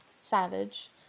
Savage